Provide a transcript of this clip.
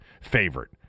favorite